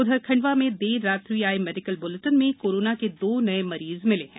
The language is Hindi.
उधर खंडवा में देर रात्रि आई मेडिकल ब्लेपिन में कोरोना के दो नए मरीज मिले है